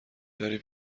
داری